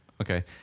Okay